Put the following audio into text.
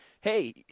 hey